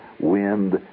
Wind